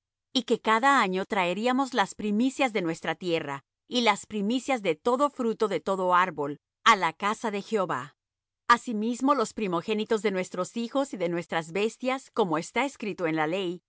y que cada año traeríamos las primicias de nuestra tierra y las primicias de todo fruto de todo árbol á la casa de jehóva asimismo los primogénitos de nuestros hijos y de nuestras bestias como está escrito en la ley